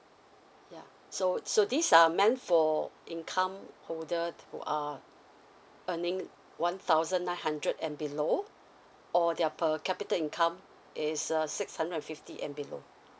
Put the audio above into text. ya so so this are meant for income holder who are earning one thousand nine hundred and below or their per capita income is err six hundred and fifty and below